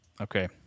Okay